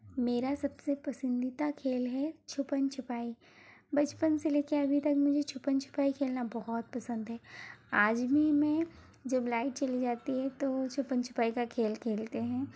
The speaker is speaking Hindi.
मेरा सबसे पसंदीदा खेल है छुपन छुपाई बचपन से लेके अभी तक मुझे छुपन छुपाई खेलना बहुत पसंद है आज भी मैं जब लाइट चली जाती है तो छुपन छुपाई का खेल खेलते हैं